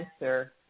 answer